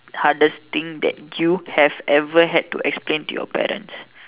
hardest thing that you had to ever explain to your parents